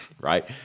right